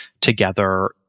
together